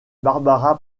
barbara